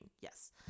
Yes